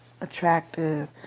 attractive